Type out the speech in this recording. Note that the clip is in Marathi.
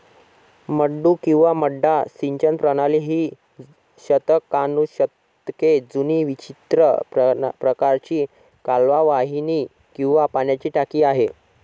मड्डू किंवा मड्डा सिंचन प्रणाली ही शतकानुशतके जुनी विचित्र प्रकारची कालवा वाहिनी किंवा पाण्याची टाकी आहे